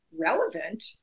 relevant